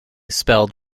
spelled